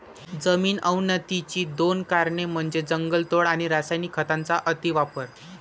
जमीन अवनतीची दोन कारणे म्हणजे जंगलतोड आणि रासायनिक खतांचा अतिवापर